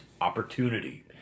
opportunity